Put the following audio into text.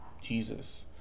Jesus